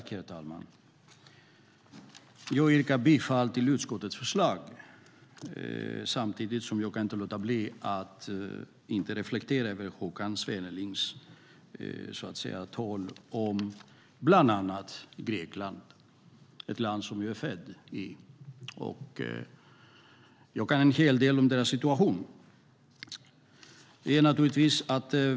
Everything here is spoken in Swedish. Herr talman! Jag yrkar bifall till utskottets förslag. Samtidigt kan jag inte låta bli att reflektera över Håkan Svennelings tal om bland annat Grekland, det land jag är född i. Jag kan en hel del om situationen för människorna i Grekland.